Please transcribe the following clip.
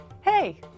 Hey